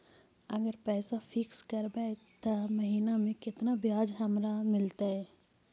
अगर पैसा फिक्स करबै त महिना मे केतना ब्याज हमरा मिलतै?